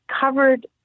covered